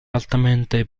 altamente